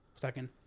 Second